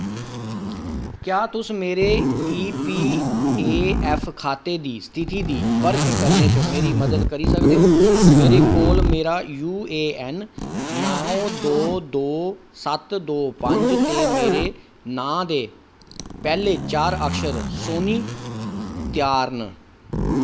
क्या तुस मेरे ईपीऐफ्फ खाते दी स्थिति दी परख करने च मेरी मदद करी सकदे ओ मेरे कोल मेरा यूएएन नौ दो दो सत्त दो पंज ते मेरे नांऽ दे पैह्ले चार अक्षर सोनी त्यार न